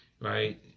right